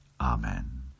Amen